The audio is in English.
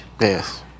Yes